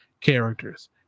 characters